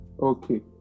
Okay